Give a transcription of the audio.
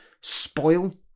spoil